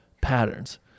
patterns